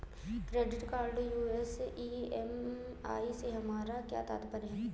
Credit card US EMI से हमारा क्या तात्पर्य है?